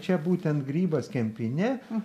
čia būtent grybas kempinė